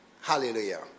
hallelujah